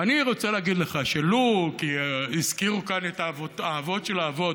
אני רוצה להגיד לך שלוּ כי הזכירו כאן את האבות של האבות,